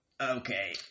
Okay